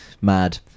Mad